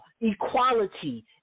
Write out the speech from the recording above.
equality